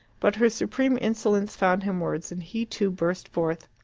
but her supreme insolence found him words, and he too burst forth.